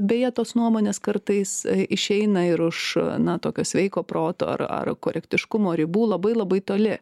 beje tos nuomonės kartais išeina ir už na tokio sveiko proto ar ar korektiškumo ribų labai labai toli